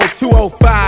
205